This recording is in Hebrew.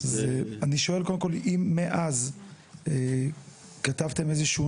אז אני שואל קודם כל אם מאז כתבתם איזשהו